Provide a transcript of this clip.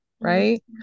right